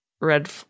red